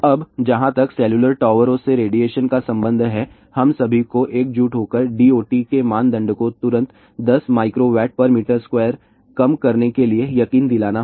अब जहाँ तक सेलुलर टावरों से रेडिएशन का संबंध है हम सभी को एकजुट होकर DOT के मानदंड को तुरंत 10 mWm2 कम करने के लिए यकीन दिलाना होगा